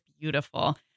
beautiful